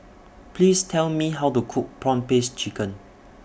Please Tell Me How to Cook Prawn Paste Chicken